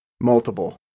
multiple